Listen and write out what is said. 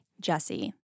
Jesse